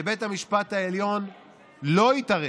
שבית המשפט העליון לא יתערב,